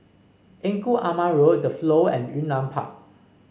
Engku Aman Road The Flow and Yunnan Park